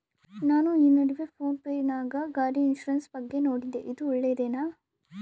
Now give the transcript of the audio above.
ನಾನು ಈ ನಡುವೆ ಫೋನ್ ಪೇ ನಾಗ ಗಾಡಿ ಇನ್ಸುರೆನ್ಸ್ ಬಗ್ಗೆ ನೋಡಿದ್ದೇ ಇದು ಒಳ್ಳೇದೇನಾ?